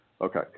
Okay